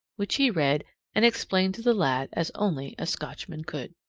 which he read and explained to the lad as only a scotchman could.